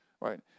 right